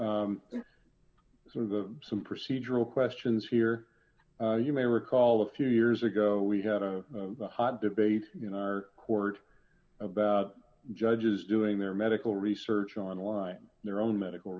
you sort of some procedural questions here you may recall a few years ago we had the hot debate in our court about judges doing their medical research online their own medical